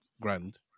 grand